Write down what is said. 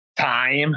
Time